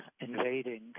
invading